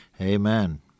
Amen